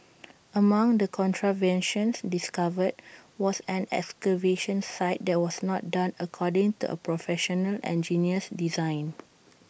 among the contraventions discovered was an excavation site that was not done according to A Professional Engineer's design